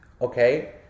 okay